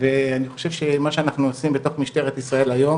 ואני חושב שמה שאנחנו עושים בתוך משטרת ישראל היום,